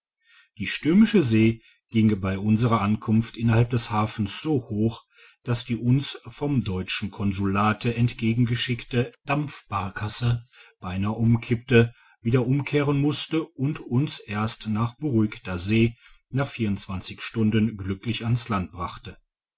die stürmische see ging bei unserer ankunft innerhalb des hafens so hoch dass die uns vom deutschen konsulate entgegengeschickte dampibarkasse beinahe umkippte wieder umkehren musste und uns erst nach beruhigter see nach vierundzwanzig stunden glücklich an's land brachte